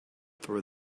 through